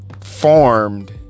formed